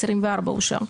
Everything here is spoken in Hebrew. אושר.